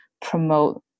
promote